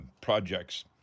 projects